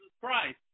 Christ